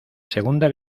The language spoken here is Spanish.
segunda